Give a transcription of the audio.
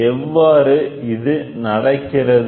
எவ்வாறு இது நடக்கிறது